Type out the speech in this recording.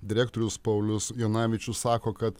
direktorius paulius jonavičius sako kad